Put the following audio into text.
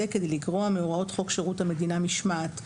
כדי לגרוע בוראות חוק בשירות המדינה משמעת,